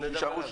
שיישארו שם.